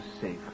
safe